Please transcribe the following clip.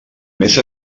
més